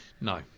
No